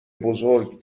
بزرگ